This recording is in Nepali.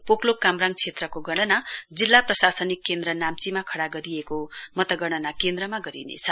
पोकलोक कामराङ क्षेत्रको गणना जिल्ला प्रशासनिक केन्द्र नाम्चीमा खड़ा गरिएको मतगणना केन्द्रमा गरिनेछ